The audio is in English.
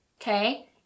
Okay